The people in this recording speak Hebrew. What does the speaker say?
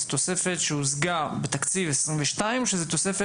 זו תוספת שהושגה בתקציב 2022 או שזו תוספת